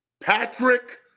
Patrick